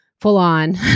full-on